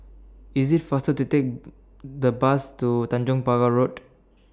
IS IT faster to Take The Bus to Tanjong Pagar Road